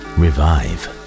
revive